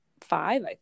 five